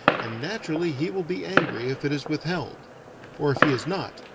and naturally he will be angry if it is withheld or if he is not,